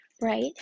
right